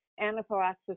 anaphylaxis